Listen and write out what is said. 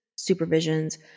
supervisions